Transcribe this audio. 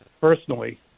personally